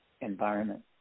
environment